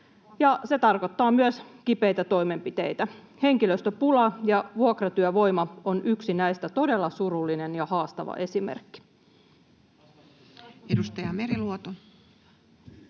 se tarkoittaa myös kipeitä toimenpiteitä. Henkilöstöpula ja vuokratyövoima on näistä yksi todella surullinen ja haastava esimerkki. [Speech 94]